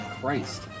Christ